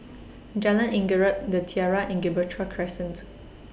Jalan Anggerek The Tiara and Gibraltar Crescent